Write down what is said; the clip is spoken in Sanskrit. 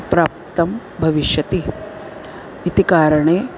प्राप्तं भविष्यति इति कारणे